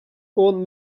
own